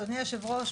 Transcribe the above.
אדוני היושב-ראש,